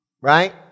Right